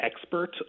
expert